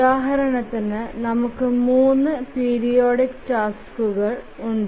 ഉദാഹരണത്തിന് നമുക്ക് 3 പീരിയോഡിക് ടാസ്ക്കുകൾ ഉണ്ട്